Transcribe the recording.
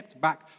back